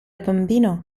bambino